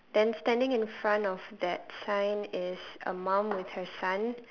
then standing in front of that sign is a mum with her son